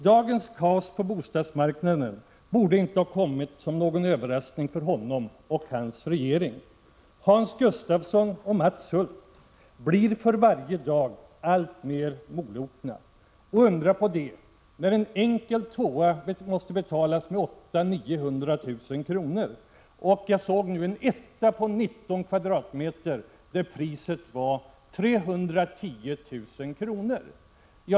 Dagens kaos på bostadsmarknaden borde inte ha kommit som en överraskning för honom och hans regering. Hans Gustafsson och Mats Hulth blir för varje dag alltmer molokna, och undra på det, när en enkel tvåa måste betalas med 800 000-900 000 kr. Jag såg en etta på 19 kvadratmeter bjudas ut till priset 310 000 kr.